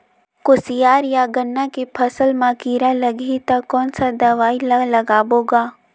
कोशियार या गन्ना के फसल मा कीरा लगही ता कौन सा दवाई ला लगाबो गा?